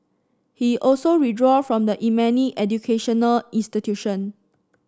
he also withdraw from the Yemeni educational institution